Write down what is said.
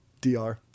DR